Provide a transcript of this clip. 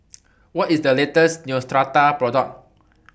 What IS The latest Neostrata Product